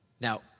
Now